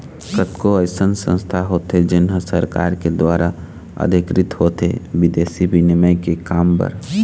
कतको अइसन संस्था होथे जेन ह सरकार के दुवार अधिकृत होथे बिदेसी बिनिमय के काम बर